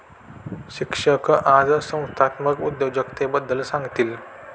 शिक्षक आज संस्थात्मक उद्योजकतेबद्दल सांगतील